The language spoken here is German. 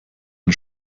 ein